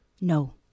No